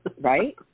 right